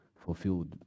fulfilled